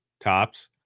tops